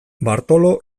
bartolo